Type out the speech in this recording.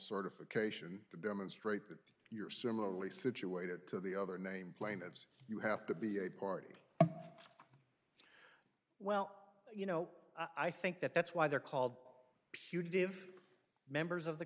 certification to demonstrate that you're similarly situated to the other name plaintiffs you have to be a party well you know i think that that's why they're called putative members of the